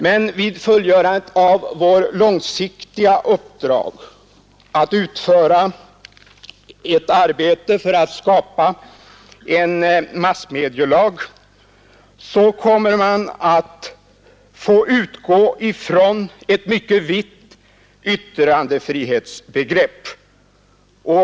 Men vid fullgörandet av det långsiktiga uppdraget — att skapa en massmedielag — kommer vi att få utgå ifrån ett mycket vitt yttrandefrihetsbegrepp.